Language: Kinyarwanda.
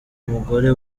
mugore